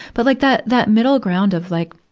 but like that, that middle ground of like,